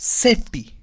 safety